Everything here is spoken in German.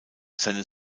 seine